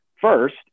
first